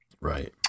Right